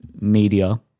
media